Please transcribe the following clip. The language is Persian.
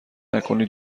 نکنی